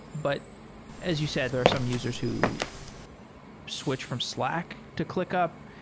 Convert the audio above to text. but as you said, there are some users who switch from slack to clickup.